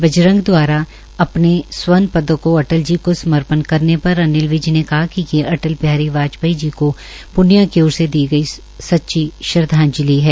बजरंग दवारा अपने स्वर्ण पदक को अटल जी को समर्पण करने पर अनिल विज ने कहा कि ये अटल बिहारी वाजपेयी जी को प्रनिया की ओर से दी गयी सच्ची श्रद्धांजलि है